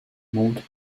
moved